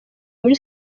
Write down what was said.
muri